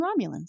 romulans